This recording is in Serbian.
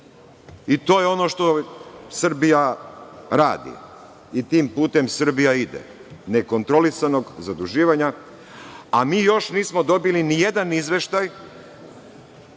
I to je ono što Srbija radi i tim putem Srbija ide, nekontrolisanog zaduživanja, a mi još nismo dobili nijedan izveštaj